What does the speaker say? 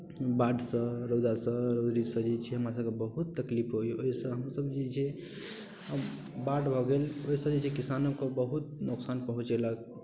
बाढ़िसँ रौदासँ रौदीसँ जे छै हमरासभके बहुत तकलीफ होइए ओहिसँ हमसभ जे छै आब बाढ़ि भऽ ओहिसँ जे छै किसानोकेँ बहुत नुकसान पहुँचेलक